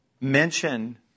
mention